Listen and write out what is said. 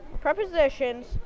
prepositions